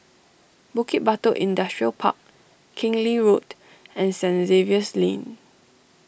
Bukit Batok Industrial Park Keng Lee Road and Saint Xavier's Lane